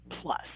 plus